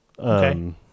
Okay